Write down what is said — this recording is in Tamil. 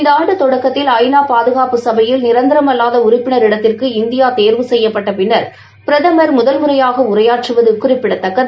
இந்த ஆண்டு தொடக்கத்தில் ஐ நா பாதுகாப்பு சபையில் நிரந்தரம் அல்லாத உறுப்பிளர் இடத்திற்கு இந்தியா தேர்வு செய்யப்பட்ட பின்னா் பிரதமா் முதல் முறையாக உரையாற்றுவது குறிப்பிடத்தக்கது